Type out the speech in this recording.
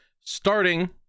Starting